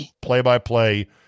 play-by-play